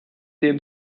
dem